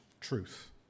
truth